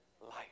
life